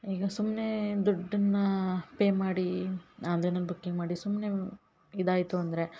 ಈಗ ಸುಮ್ಮನೆ ದುಡ್ಡನ್ನ ಪೇ ಮಾಡಿ ಅದನ್ನ ಬುಕ್ಕಿಂಗ್ ಮಾಡಿ ಸುಮ್ಮನೆ ಇದಾಯಿತು ಅಂದರೆ